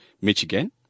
Michigan